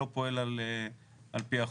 אז מה זה רשויות שלא עובדות על פי,